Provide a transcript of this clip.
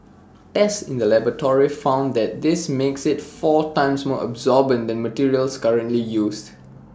tests in the laboratory found that this makes IT four times more absorbent than materials currently used